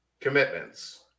commitments